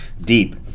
deep